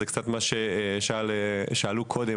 זה קצת מה ששאלו קודם,